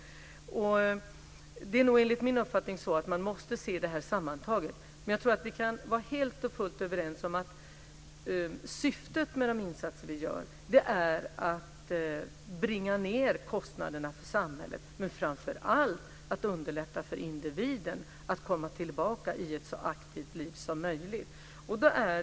Enligt min uppfattning måste man nog se detta sammantaget. Vi kan nog vara helt och fullt överens om att syftet med de insatser vi gör är att bringa ned kostnaderna för samhället, men framför allt gäller det att underlätta för individen att komma tillbaka till ett så aktivt liv som möjligt.